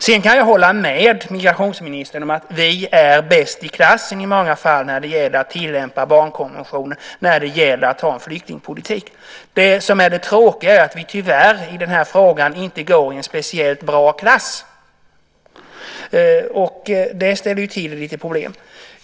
Jag kan hålla med migrationsministern om att vi är bäst i klassen i många fall i flyktingpolitiken när det gäller att tillämpa barnkonventionen. Det tråkiga är att vi tyvärr i frågan inte går i en speciellt bra klass. Det ställer till lite problem.